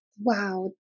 Wow